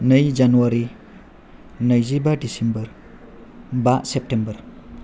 नै जानुवारि नैजिबा डिसेम्बर बा सेपटेम्बर